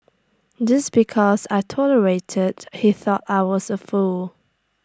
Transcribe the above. just because I tolerated he thought I was A fool